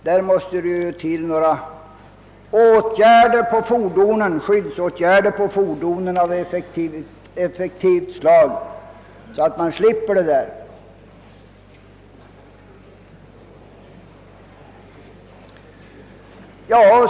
Det är nödvändigt med effektiva skyddsanordningar på fordonen, så att man slipper det oväsendet.